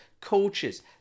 coaches